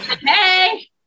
hey